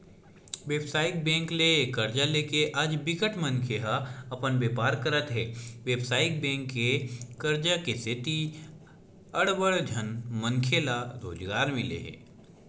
बेवसायिक बेंक ले करजा लेके आज बिकट मनखे ह अपन बेपार करत हे बेवसायिक बेंक के करजा के सेती अड़बड़ झन मनखे ल रोजगार मिले हे